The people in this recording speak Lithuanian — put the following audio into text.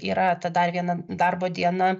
yra ta dar viena darbo diena